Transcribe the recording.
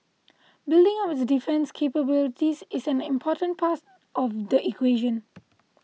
building up its defence capabilities is an important part of the equation